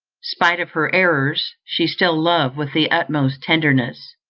spite of her errors, she still loved with the utmost tenderness,